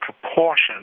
proportion